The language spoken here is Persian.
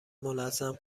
ملزم